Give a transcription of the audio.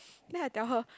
then I tell her